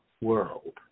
world